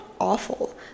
awful